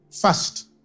first